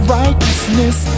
righteousness